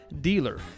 dealer